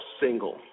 single